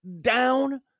down